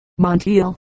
Montiel